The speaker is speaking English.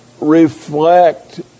reflect